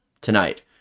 tonight